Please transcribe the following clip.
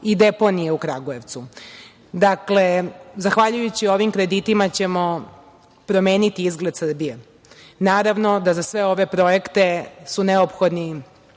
i deponija u Kragujevcu. Dakle, zahvaljujući ovim kreditima ćemo promeniti izgled Srbije. Naravno da su za sve ove projekte neophodni